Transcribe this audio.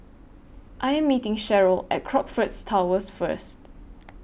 I Am meeting Sharyl At Crockfords Towers First